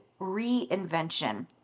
reinvention